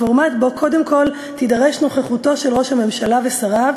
פורמט שבו קודם כול תידרש נוכחותם של ראש הממשלה ושריו,